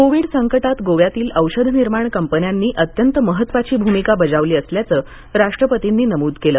Covid संकटात गोव्यातील औषध निर्माण कंपन्यांनी अत्यंत महत्त्वाची भूमिका बजावली असल्याचं राष्ट्रापतींनी नमूद केलं